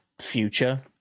future